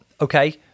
Okay